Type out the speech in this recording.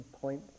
point